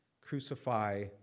Crucify